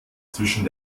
zwischen